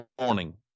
morning